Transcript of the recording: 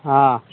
हँ